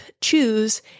choose